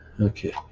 Okay